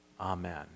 Amen